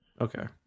okay